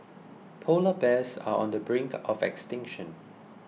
Polar Bears are on the brink of extinction